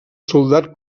soldat